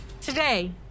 Today